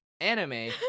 anime